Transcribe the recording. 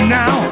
now